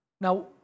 Now